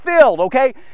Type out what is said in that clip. Okay